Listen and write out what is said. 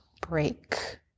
break